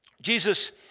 Jesus